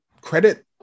credit